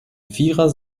vierer